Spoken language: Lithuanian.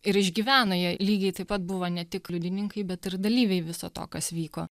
ir išgyvena jie lygiai taip pat buvo ne tik liudininkai bet ir dalyviai viso to kas vyko